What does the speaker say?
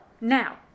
Now